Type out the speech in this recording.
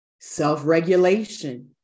self-regulation